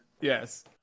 Yes